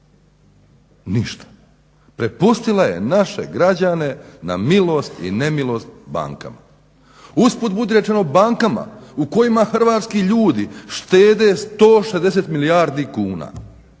Ništa. Prepustila je naše građane na milost i nemilost bankama. Usput budi rečeno bankama u kojima Hrvatski ljudi štede 160 milijardi kuna